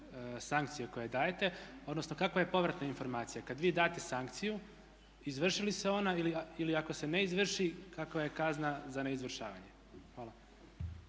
sankcije koje dajete, odnosno kakva je povratna informacija. Kada vi date sankciju izvrši li se ona ili ako se ne izvrši kakva je kazna za neizvršavanje? Hvala.